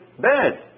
bad